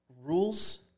Rules